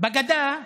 בגדה,